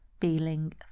feeling